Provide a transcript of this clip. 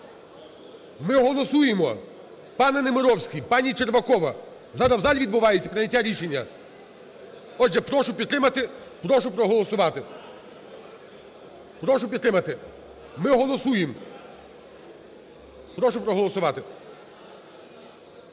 Ми голосуємо. Пане Немировський, пані Червакова, зараз в залі відбувається прийняття рішення. Отже, прошу підтримати. Прошу проголосувати. Прошу підтримати. Ми голосуєм! Прошу проголосувати.